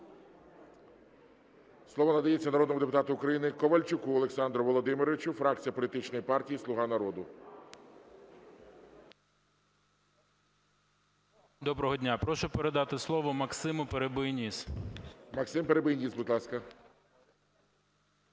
Слово надається народному депутату України Ковальчуку Олександру Володимировичу, фракція політичної партії "Слуга народу". 10:46:28 КОВАЛЬЧУК О.В. Доброго дня! Прошу передати слово Максиму Перебийніс. ГОЛОВУЮЧИЙ. Максим Перебийніс, будь ласка.